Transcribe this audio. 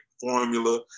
formula